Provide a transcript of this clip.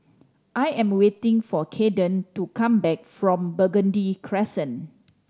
I am waiting for Cayden to come back from Burgundy Crescent